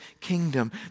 kingdom